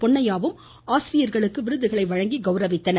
பொன்னையாவும் ஆசிரியர்களுக்கு விருதுகளை வழங்கி கௌரவித்தார்